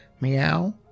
Meow